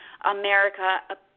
America